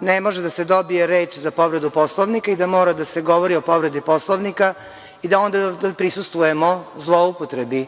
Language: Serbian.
ne može da se dobije reč za povredu Poslovnika i da mora da se govori o povredi Poslovnika i da onda prisustvujemo zloupotrebi